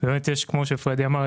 כמו שפרדי אמר,